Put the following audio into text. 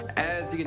as you can